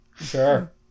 Sure